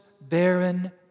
barren